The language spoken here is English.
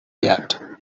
yet